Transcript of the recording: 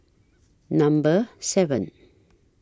Number seven